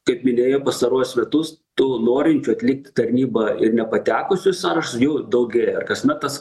kaip minėjau pastaruosius metus tų norinčių atlikti tarnybą ir nepatekusių į sąrašus jų daugėja ir kasmet tas